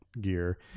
gear